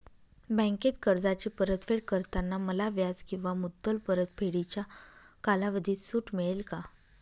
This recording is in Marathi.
बँकेत कर्जाची परतफेड करताना मला व्याज किंवा मुद्दल परतफेडीच्या कालावधीत सूट मिळेल का?